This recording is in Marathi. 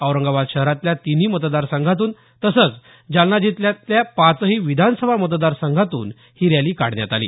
औरंगाबाद शहरातल्या तिन्ही मतदारसंघातून तसंच जालना जिल्ह्यातल्या पाचही विधानसभा मतदार संघातून रॅली काढण्यात आली